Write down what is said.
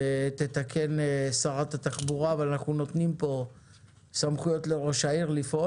שתתקן שרת התחבורה אבל אנחנו נותנים פה סמכויות לראש העיר לפעול